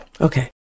okay